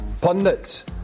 pundits